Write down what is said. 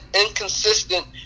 inconsistent